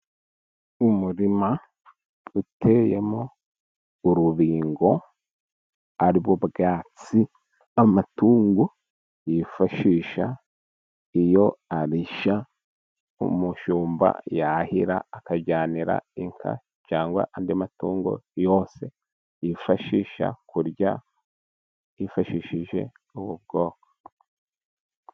Umurima uteyemo urubingo, ari bwo bwatsi amatungo yifashisha iyo arisha umushumba yahira akajyanira inka, cyangwa andi matungo yose yifashisha kurya hifashishijwe ubu bwoko.